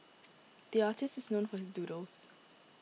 the artist is known for his doodles